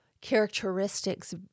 characteristics